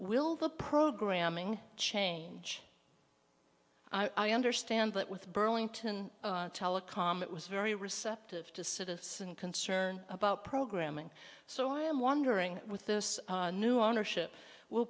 will the programming change i understand that with burlington telecom it was very receptive to citizen concern about programming so i am wondering with this new ownership will